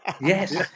Yes